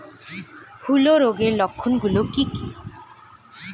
হূলো রোগের লক্ষণ গুলো কি কি?